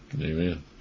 Amen